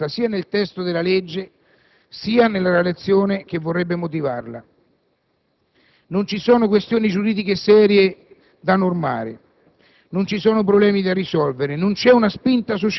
Nessuna di queste domande trova adeguata risposta sia nel testo della legge, sia nella relazione che vorrebbe motivarla. Non ci sono questioni giuridiche serie da normare,